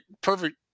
perfect